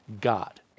God